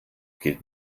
gilt